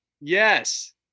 Yes